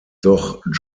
doch